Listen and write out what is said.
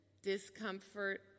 Discomfort